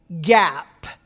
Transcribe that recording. gap